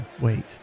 wait